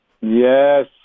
Yes